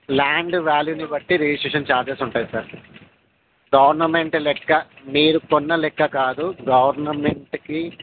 land వ్యాల్యూని బట్టి registration charges ఉంటాయి సార్ గవర్నమెంట్ లెక్క మీరు కొన్న లెక్కకాదు గవర్నమెంట్కి